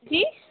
جی